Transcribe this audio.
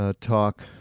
talk